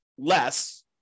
less